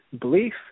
belief